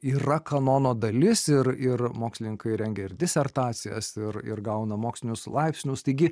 yra kanono dalis ir ir mokslininkai rengia ir disertacijas ir ir gauna mokslinius laipsnius taigi